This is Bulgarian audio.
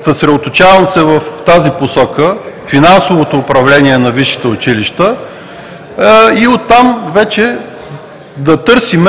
Съсредоточавам се в тази посока – финансовото управление на висшите училища, и от там вече да търсим